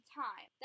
time